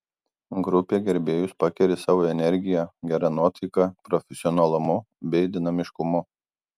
grupė gerbėjus pakeri savo energija gera nuotaika profesionalumu bei dinamiškumu